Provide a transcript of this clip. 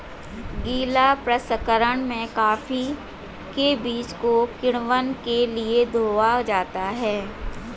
गीला प्रसंकरण में कॉफी के बीज को किण्वन के लिए धोया जाता है